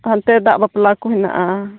ᱦᱟᱱᱛᱮ ᱫᱟᱜ ᱵᱟᱯᱞᱟ ᱠᱚ ᱦᱮᱱᱟᱜᱼᱟ